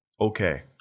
Okay